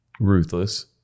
ruthless